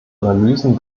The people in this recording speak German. analysen